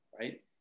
right